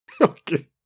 okay